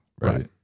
Right